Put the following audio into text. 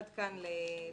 עד כאן לעניין זה.